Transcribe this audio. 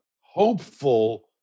hopeful